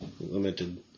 limited